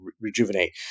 rejuvenate